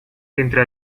dintre